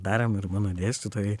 darėm ir mano dėstytojai